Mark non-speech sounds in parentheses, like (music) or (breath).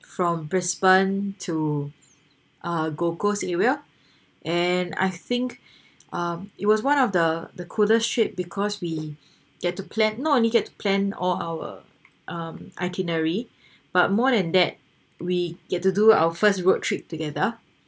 from brisbane to uh gold coast area and I think (breath) um it was one of the the coolest trip because we get to plan not only get to plan all our um itinerary (breath) but more than that we get to do our first road trip together